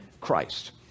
Christ